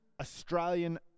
Australian